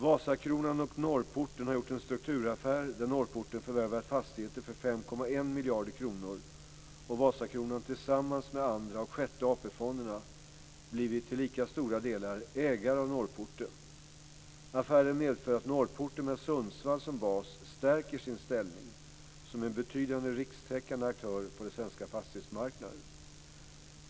Vasakronan och Norrporten har gjort en strukturaffär där Norrporten förvärvat fastigheter för 5,1 miljarder kronor och Vasakronan tillsammans med Andra och Sjätte AP-fonderna blivit, till lika stora delar, ägare av Norrporten. Affären medför att Norrporten med Sundsvall som bas stärker sin ställning som en betydande rikstäckande aktör på den svenska fastighetsmarknaden.